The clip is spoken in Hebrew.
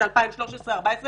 זה בשנים 2013 2014 ,